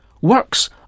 Works